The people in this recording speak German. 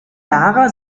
lara